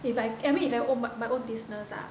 if I I mean if I have own my own business ah